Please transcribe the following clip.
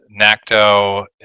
NACTO